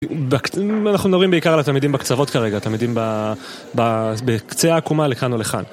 אנחנו מדברים בעיקר על התלמידים בקצוות כרגע, תלמידים בקצה העקומה לכאן או לכאן.